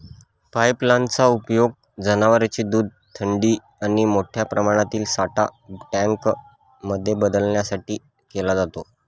pipeline चा उपयोग जनवरांचे दूध थंडी आणि मोठ्या प्रमाणातील साठा टँक मध्ये बदलण्यासाठी केला जातो